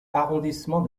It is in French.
arrondissement